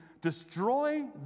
destroy